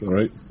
right